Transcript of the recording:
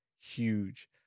huge